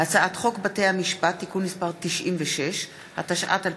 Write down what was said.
הצעת חוק בתי המשפט (תיקון מס' 96), התשע"ט 2018,